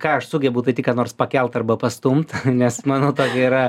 ką aš sugebu tai tik ką nors pakelt arba pastumt nes mano tokia yra